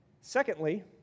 Secondly